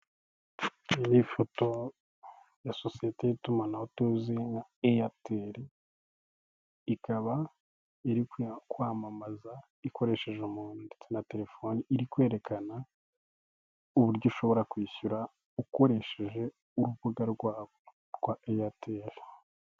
Ni ifoto ya sosiyete y'itumanaho tozi nka airtel ikaba iri kwamamaza ikoresheje umuntu, ndetse na terefone iri kwerekana uburyo ushobora kwishyura ukoresheje urubuga rwabo rwa airtel.